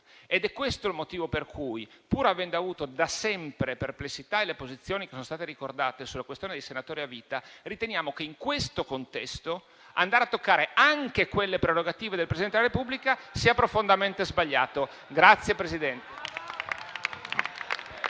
È questo il motivo per cui, pur avendo avuto da sempre le perplessità e le posizioni che sono state ricordate sulla questione dei senatori a vita, riteniamo che in questo contesto andare a toccare anche quelle prerogative del Presidente della Repubblica sia profondamente sbagliato.